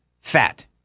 fat